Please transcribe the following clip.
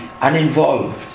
uninvolved